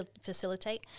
facilitate